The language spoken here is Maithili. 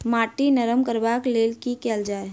माटि नरम करबाक लेल की केल जाय?